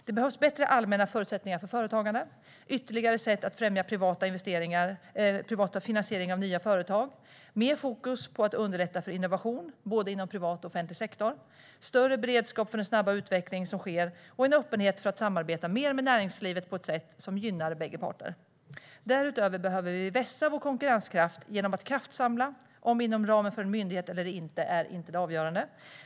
Det behövs bättre allmänna förutsättningar för företagande, ytterligare sätt att främja privat finansiering av nya företag, mer fokus på att underlätta för innovation inom både privat och offentlig sektor, större beredskap för den snabba utveckling som sker och en öppenhet för att samarbeta mer med näringslivet på ett sätt som gynnar bägge parter. Därutöver behöver vi vässa vår konkurrenskraft genom att kraftsamla. Huruvida det ska ske inom ramen för en myndighet eller inte är inte det avgörande.